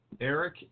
Eric